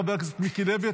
חבר הכנסת מיקי לוי,